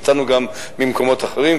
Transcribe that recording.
ומצאנו גם ממקומות אחרים,